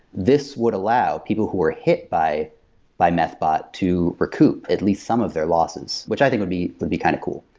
this would allow people who were hit by by methbot to recoup at least some of their loses, which i think would be but be kind of cool.